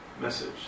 message